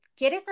quieres